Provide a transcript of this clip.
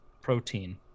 Protein